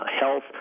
health